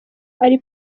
ari